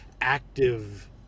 active